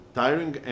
tiring